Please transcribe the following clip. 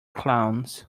clowns